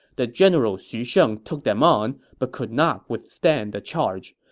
the general xu sheng took them on but could not withstand the charge.